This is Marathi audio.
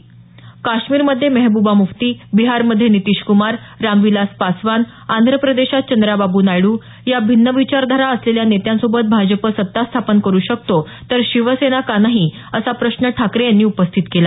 भाजप काश्मीरमध्ये मेहबुबा मुफ्ती बिहारमध्ये नितीश क्मार रामविलास पासवान आंध्र प्रदेशात चंद्राबाबू नायडू या भिन्न विचारधारा असलेल्या नेत्यांसोबत भाजप सत्ता स्थापन करु शकतो तर शिवसेना का नाही असा प्रश्न ठाकरे यांनी उपस्थित केला